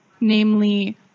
namely